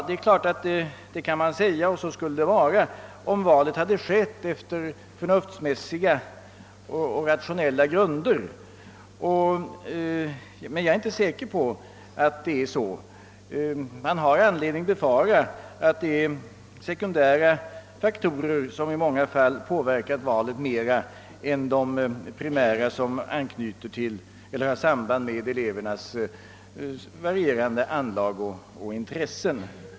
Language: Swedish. Det är klart att man kan säga detta — och så skulle det vara om valet hade skett enligt förnuftsmässiga och rationella grunder. Men jag är inte säker på att det är så. Man har anledning befara att det är sekundära faktorer som i många fall påverkar valet mera än de primära som har samband med elevernas varierande anlag och intressen.